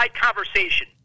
conversation